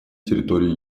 территории